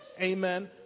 Amen